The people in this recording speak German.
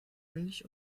milch